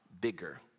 bigger